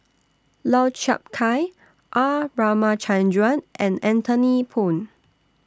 Lau Chiap Khai R Ramachandran and Anthony Poon